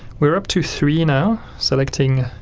we're up to three now selecting